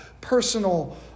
personal